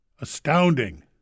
Astounding